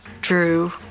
Drew